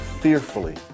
fearfully